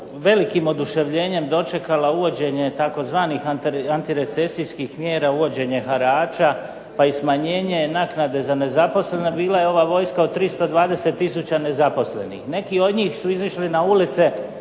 velikim oduševljenjem dočekala uvođenje tzv. antirecesijskih mjera uvođenje harača, pa i smanjenje naknade za nezaposlene bila je ova vojska od 320 tisuća nezaposlenih. Neki od njih su izišli na ulice